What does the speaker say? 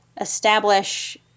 establish